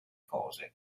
cose